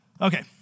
Okay